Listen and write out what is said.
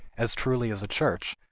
as truly as a church,